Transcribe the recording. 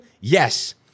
yes